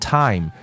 time